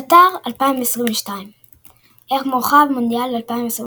קטר 2022 ערך מורחב – מונדיאל 2022